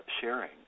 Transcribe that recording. sharing